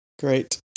great